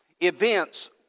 events